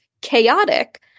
Chaotic